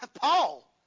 Paul